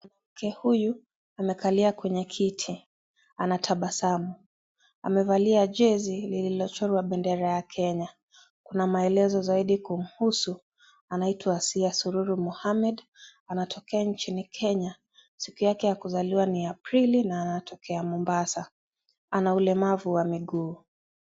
Mwanamke huyu amekalia kwenye kiti anatabasamu amevalia jezi iliyochorwa bendera ya kenya na maelezo zaidi kuhusu anaitwa Asian suruhu Mohamed , anatokea nchini Kenya . Siku yake ya kuzaliwa ni aprili na anatokea Mombasa. Ana ulemavu wa miguu.